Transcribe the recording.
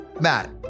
Matt